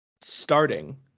starting